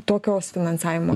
tokios finansavimo